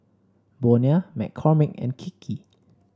Bonia McCormick and Kiki